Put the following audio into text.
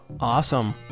Awesome